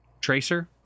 Tracer